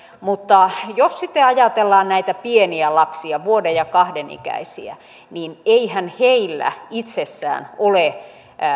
mutta jos sitten ajatellaan näitä pieniä lapsia vuoden ja kahden ikäisiä niin eihän heillä itsessään ole